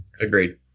Agreed